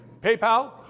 PayPal